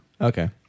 Okay